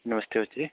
नमस्ते बच्चे